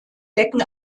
decken